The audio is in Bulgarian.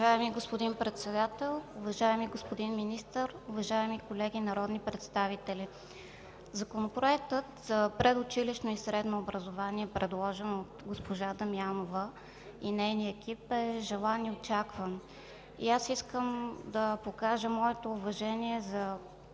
Уважаеми господин Председател, уважаеми господин Министър, уважаеми колеги народни представители! Законопроектът за предучилищно и средно образование, предложен от госпожа Дамянова и нейния екип, е желан и очакван. Аз искам да покажа моето уважение за